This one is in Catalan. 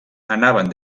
anaven